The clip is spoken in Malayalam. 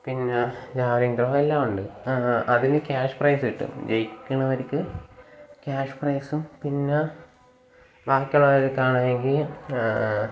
പിന്നെ ജാവലിംഗ് ത്രോ എല്ലാം ഉണ്ട് അതിന് ക്യാഷ് പ്രൈസ് കിട്ടും ജയിക്കുന്നവർക്ക് ക്യാഷ് പ്രൈസും പിന്നെ ബാക്കിയുള്ളവർക്കാണെങ്കിൽ